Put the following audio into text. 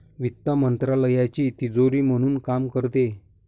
वित्त मंत्रालयाची तिजोरी म्हणून काम करते